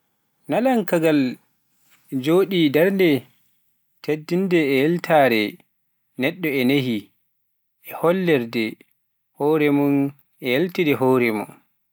Naalankaagal ina jogii darnde tiiɗnde e ƴellitaare neɗɗo, e nehdi, e hollirde hoore mum e ƴellitde hoore mum